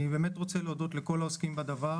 אני רוצה להודות לכל העוסקים בדבר